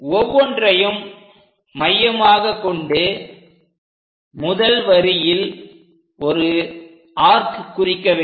ஒவ்வொன்றையும் மையமாக கொண்டு முதல் வரியில் ஒரு ஆர்க் குறிக்க வேண்டும்